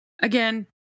Again